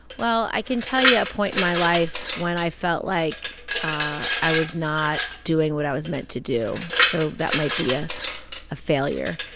well, i can tell you a point in my life when i felt like ah i was not doing what i was meant to do, so that might be ah a failure.